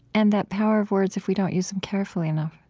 and that power of words if we don't use them carefully enough